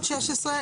היושב ראש,